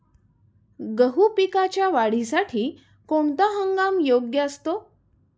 गहू पिकाच्या वाढीसाठी कोणता हंगाम योग्य असतो?